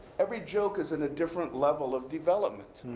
every joke is in a different level of development.